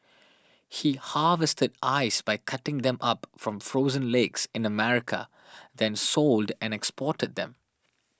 he harvested ice by cutting them up from frozen lakes in America then sold and exported them